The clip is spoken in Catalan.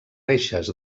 reixes